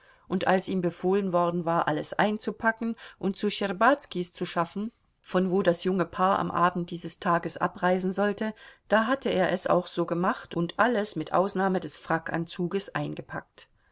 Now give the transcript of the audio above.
und als ihm befohlen worden war alles einzupacken und zu schtscherbazkis zu schaffen von wo das junge paar am abend dieses tages abreisen sollte da hatte er es auch so gemacht und alles mit ausnahme des frackanzuges eingepackt